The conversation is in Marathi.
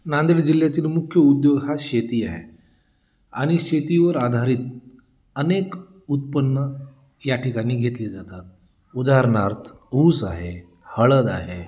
नांदेड जिल्ह्यातील मुख्य उद्योग हा शेती आहे आणि शेतीवर आधारित अनेक उत्पन्न या ठिकाणी घेतले जातात उदाहरणार्थ ऊस आहे हळद आहे